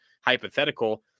hypothetical